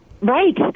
Right